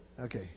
Okay